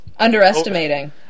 Underestimating